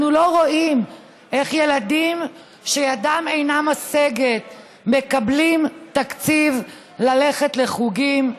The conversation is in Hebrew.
אנחנו לא רואים איך ילדים שידם אינה משגת מקבלים תקציב ללכת לחוגים.